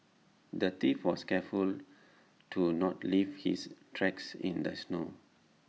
the thief was careful to not leave his tracks in the snow